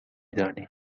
دانی